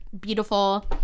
Beautiful